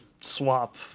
swap